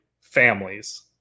families